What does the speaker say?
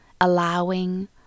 allowing